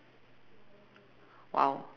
!wow!